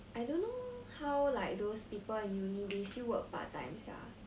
I don't know how like those people in uni they still work part time sia